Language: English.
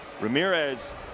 Ramirez